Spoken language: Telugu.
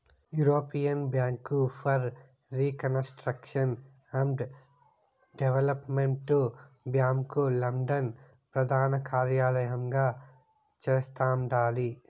European bank for reconstruction and development bank London ప్రదానకార్యలయంగా చేస్తండాలి